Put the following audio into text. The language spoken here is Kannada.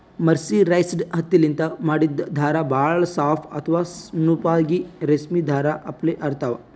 ಮರ್ಸಿರೈಸ್ಡ್ ಹತ್ತಿಲಿಂತ್ ಮಾಡಿದ್ದ್ ಧಾರಾ ಭಾಳ್ ಸಾಫ್ ಅಥವಾ ನುಣುಪಾಗಿ ರೇಶ್ಮಿ ಧಾರಾ ಅಪ್ಲೆ ಇರ್ತಾವ್